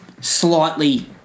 Slightly